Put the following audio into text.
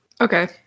Okay